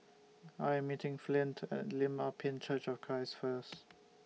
I Am meeting Flint At Lim Ah Pin Church of Christ First